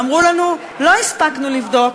אמרו לנו: לא הספקנו לבדוק,